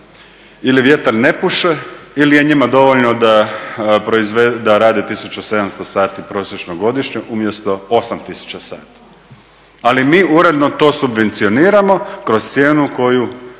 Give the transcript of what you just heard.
ili vjetar ne puše ili je njima dovoljno da rade 1700 sati prosječno godišnje umjesto 8 tisuća sati. Ali mi uredno to subvencioniramo kroz cijenu koju